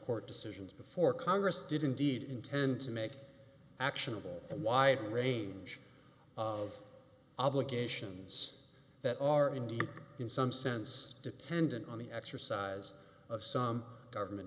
court decisions before congress did indeed intend to make actionable and wide range of obligations that are indeed in some sense dependent on the exercise of some government